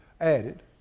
added